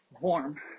warm